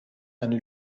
eine